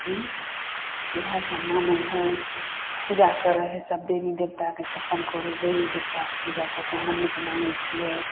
हूँ इएह सभ मांगै है पूजा करै है सभ देवी देवताके छप्पन करोड़ देवी देवताके पूजा कऽके मन्नत मांगै छियै